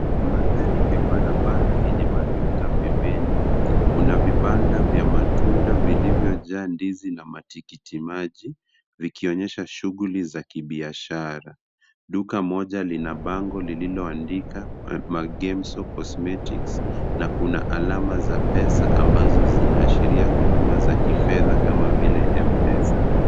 Mandhari ya barabara yenye maduka pembeni. Kuna vibanda vya matunda vilivyojaa ndizi na matikimaji, vikionyesha shughuli ya kibiashara. Duka moja lina bango lililoandikwa Magenzo cosmetics na kuna alama za pesa ambazo zinazoashiria huduma za kifedha kama vile M-Pesa.